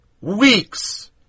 weeks